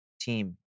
team